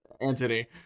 anthony